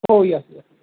हो yes yes